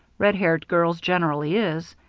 red-haired girls generally is.